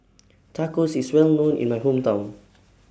Tacos IS Well known in My Hometown